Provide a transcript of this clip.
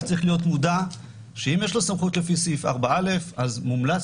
צריך להיות מודע שאם יש לו סמכות לפי סעיף 4א אז מומלץ